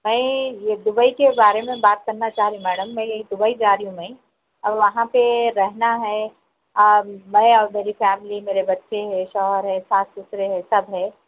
میں یہ دبئی کے بارے میں بات کرنا چاہ رہی میڈم میں یہیں دبئی جارہی ہوں میں اور وہاں پہ رہنا ہے میں اور میری فیملی میرے بچے ہے شوہر ہے ساس سسر ہے سب ہے